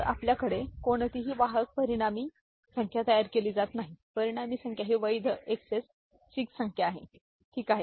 तर आपल्याकडे कोणतीही वाहक परिणामी संख्या तयार केली जात नाही परिणामी संख्या ही वैध XS 6 संख्या आहे ठीक आहे